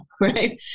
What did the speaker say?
right